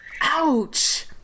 Ouch